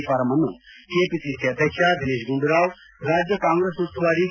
form ಅನ್ನು KPCC ಅಧ್ಯಕ್ಷ ದಿನೇತ್ ಗುಂಡೂರಾವ್ ರಾಜ್ಯ ಕಾಂಗ್ರೆಸ್ ಉಸ್ತುವಾರಿ ಕೆ